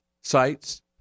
sites